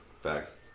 Facts